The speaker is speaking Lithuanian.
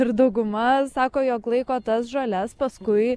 ir dauguma sako jog laiko tas žoles paskui